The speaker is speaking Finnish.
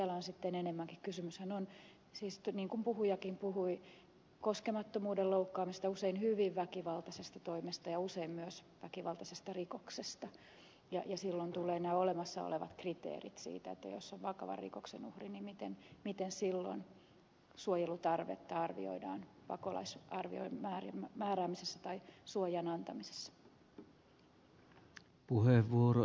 siellä sitten enemmänkin kysymys on niin kuin puhujakin puhui koskemattomuuden loukkaamisesta usein hyvin väkivaltaisesta toimesta ja usein myös väkivaltaisesta rikoksesta ja silloin tulevat kyseeseen nämä olemassa olevat kriteerit siitä että jos on vakavan rikoksen uhri miten silloin suojelutarvetta arvioidaan pakolaisarviota tehtäessä tai suojan antamisen osalta